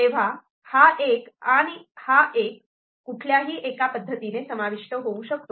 तेव्हा हा '1' आणि हा '1' कुठल्याही एका पद्धतीने समाविष्ट होऊ शकतो